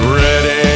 ready